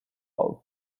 bulb